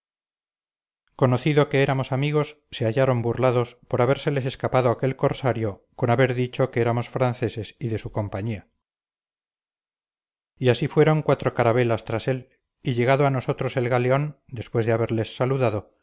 conocido que éramos amigos se hallaron burlados por habérseles escapado aquel corsario con haber dicho que éramos franceses y de su compañía y así fueron cuatro carabelas tras él y llegado a nosotros el galeón después de haberles saludado